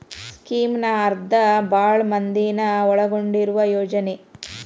ಸ್ಕೇಮ್ನ ಅರ್ಥ ಭಾಳ್ ಮಂದಿನ ಒಳಗೊಂಡಿರುವ ಯೋಜನೆ